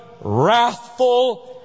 wrathful